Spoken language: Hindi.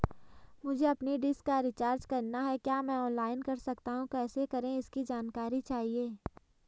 मुझे अपनी डिश का रिचार्ज करना है क्या मैं ऑनलाइन कर सकता हूँ कैसे करें इसकी जानकारी चाहिए?